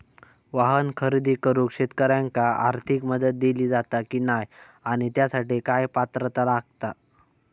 वाहन खरेदी करूक शेतकऱ्यांका आर्थिक मदत दिली जाता की नाय आणि त्यासाठी काय पात्रता लागता?